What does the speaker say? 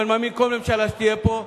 ואני מאמין שכל ממשלה שתהיה פה,